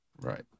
Right